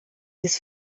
his